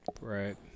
Right